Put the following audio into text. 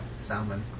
Salmon